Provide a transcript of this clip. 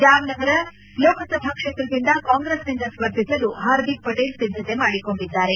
ಜಾಮ್ನಗರ ಲೋಕಸಭಾ ಕ್ಷೇತ್ರದಿಂದ ಕಾಂಗ್ರೆಸ್ನಿಂದ ಸ್ವರ್ಧಿಸಲು ಹಾರ್ದಿಕ್ ಪಟೇಲ್ ಸಿದ್ದತೆ ಮಾಡಿಕೊಂಡಿದ್ದಾರೆ